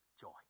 joy